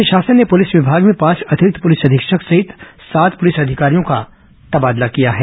राज्य शासन ने पुलिस विभाग में पांच अतिरिक्त पुलिस अधीक्षक सहित सात पुलिस अधिकारियों का तबादला किया है